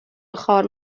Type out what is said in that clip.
خوار